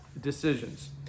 Decisions